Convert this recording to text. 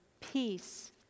peace